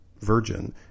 virgin